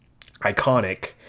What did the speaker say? iconic